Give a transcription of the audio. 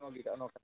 okay നോക്കാം